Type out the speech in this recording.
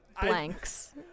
blanks